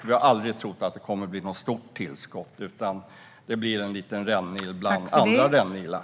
Vi har aldrig trott att det skulle ge något stort tillskott, utan att det skulle bli en liten rännil bland andra rännilar.